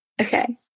okay